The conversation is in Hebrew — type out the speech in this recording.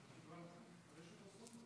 יש שר פה?